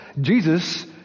Jesus